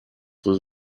was